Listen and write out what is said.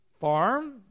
farm